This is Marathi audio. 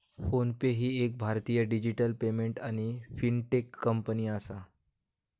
फोन पे ही एक भारतीय डिजिटल पेमेंट आणि फिनटेक कंपनी आसा